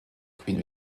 queen